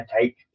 take